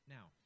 Now